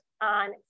on